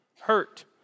hurt